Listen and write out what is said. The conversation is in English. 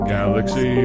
Galaxy